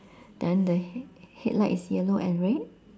then the head~ headlight is yellow and red